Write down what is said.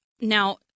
now